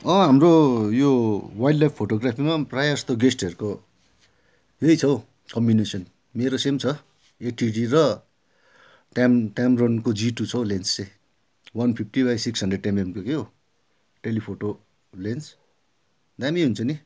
हाम्रो यो wild life फोटोग्राफीमा प्रायः जस्तो गेस्टहरूको यही छ हौ कम्बिनेसन मेरो सेम छ एट्टी डी र टाइम टाइमरनको जी टु छ हौ लेन्स चाहिँ one fifty by six hundred एमएमको क्या टेली फोटो लेन्स दामी हुन्छ नि